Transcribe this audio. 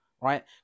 right